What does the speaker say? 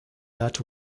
that